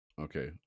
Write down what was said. Okay